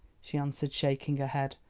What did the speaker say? she answered shaking her head,